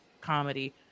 Comedy